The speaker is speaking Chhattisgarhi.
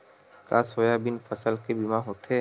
का सोयाबीन फसल के बीमा होथे?